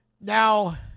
Now